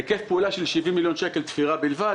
היקף פעולה של 70 מיליון שקל תפירה בלבד,